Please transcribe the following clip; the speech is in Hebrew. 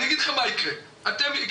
אני אגיד לך מה יקרה, אתם.